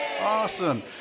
Awesome